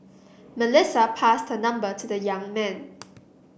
Melissa passed her number to the young man